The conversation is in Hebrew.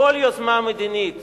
כל יוזמה מדינית